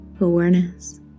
awareness